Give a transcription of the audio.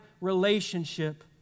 relationship